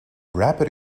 rapid